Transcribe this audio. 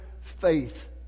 faith